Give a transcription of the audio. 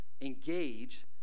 engage